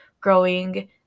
growing